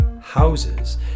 houses